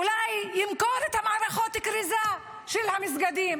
אולי ימכור את מערכות הכריזה של המסגדים.